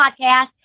podcast